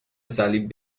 صلیب